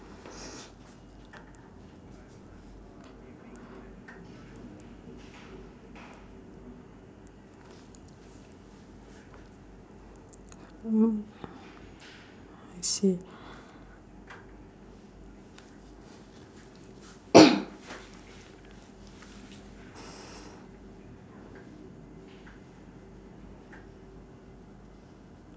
I see